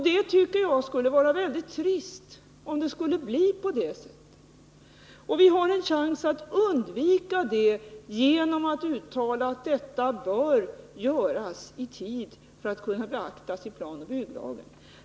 Jag tycker att det vore väldigt trist om det skulle bli på det sättet. Vi har en chans att undvika detta genom att uttala att det här arbetet bör göras i tid, så att det kan beaktas i planoch bygglagen.